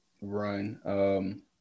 run